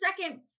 Second